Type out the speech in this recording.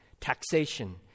taxation